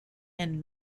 and